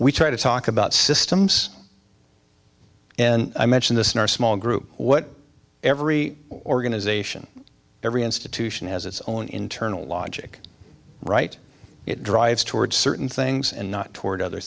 we try to talk about systems and i mention this in our small group what every organization every institution has its own internal logic right it drives towards certain things and not toward other